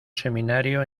seminario